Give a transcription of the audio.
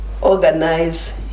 organize